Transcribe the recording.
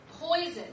poison